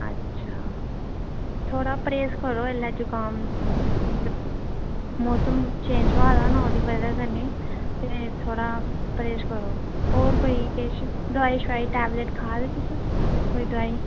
अच्छा थोह्डा परहेज करो एल्लै जकाम मतलब मौसम चेंज होआ दा ना ओह्दी वजहा कन्नै ते थोह्ड़ा परहेज करो होर कोई किश दोआई शोआई टैबलेट खा दे तुस कोई दोआई